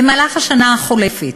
במהלך השנה החולפת